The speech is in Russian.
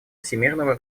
всемирного